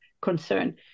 concern